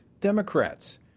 Democrats